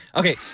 ok.